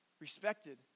respected